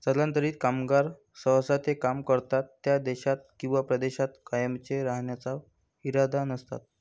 स्थलांतरित कामगार सहसा ते काम करतात त्या देशात किंवा प्रदेशात कायमचे राहण्याचा इरादा नसतात